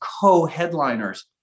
co-headliners